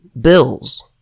bills